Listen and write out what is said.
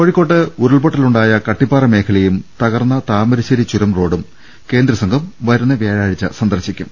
കോഴി ക്കോട് ഉരുൾപൊട്ടലുണ്ടായ കട്ടിപ്പാറ മേഖലയും തകർന്ന താമരശ്ശേരി ചുരം റോഡും കേന്ദ്ര സംഘം വരുന്ന വ്യാഴാഴ്ച സന്ദർശിക്കും